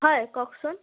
হয় কওকচোন